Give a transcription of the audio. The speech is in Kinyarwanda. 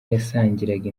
yasangiraga